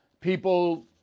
people